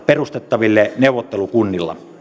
perustettavilla neuvottelukunnilla